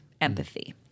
empathy